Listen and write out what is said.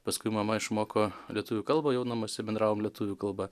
paskui mama išmoko lietuvių kalbą jau namuose bendravom lietuvių kalba